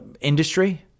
industry